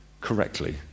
correctly